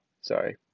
sorry